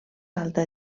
alta